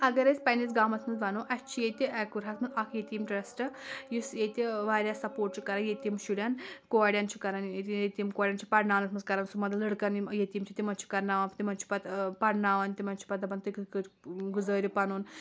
اگر أسۍ پنٕنِس گامَس منٛز وَنو اَسہِ چھُ ییٚتہِ اکُرہَس منٛز اکھ ییٚتیٖم ٹرٛسٹ یُس ییٚتہِ واریاہ سپوٹ چھُ کرن ییٚتِم شُرؠن کورؠن چھُ کران ییٚتیٖم کورؠن چھُ کران پرناونَس منٛز کران سُہ مطلب لڑکن ییٚتِم چھِ تِمن چھُ کرناوان تِمن چھُ پَتہٕ پرناوان تِمن چھُ پَتہٕ دپان کِتھ کٲٹھۍ گُزٲرِو پَنُن